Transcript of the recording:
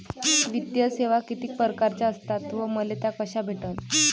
वित्तीय सेवा कितीक परकारच्या असतात व मले त्या कशा भेटन?